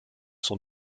sont